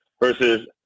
versus